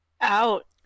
out